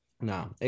No